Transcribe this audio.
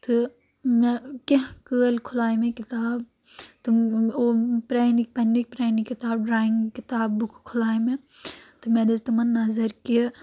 تہٕ مےٚ کینٛہہ کٲلۍ کھُلایے مےٚ کِتاب تہٕ پرٛانی پَنٕنۍ پرانہِ کِتابہٕ ڈرایِنٛگ کِتاب بُکہٕ کھُلایہِ مےٚ تہٕ مےٚ دِژ تِمَن نظر کہِ